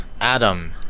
Adam